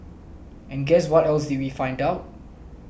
and guess what else did we find out